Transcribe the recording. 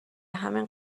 همین